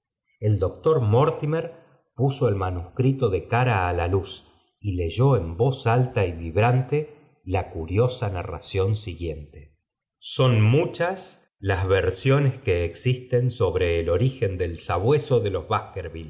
el doctor mortimer pubo el uscrito de cara á la luz y leyó en voz altd vibrante la curiosa narración siguiente son muchas las versiones que existen sobre el ngen del sabueso de loa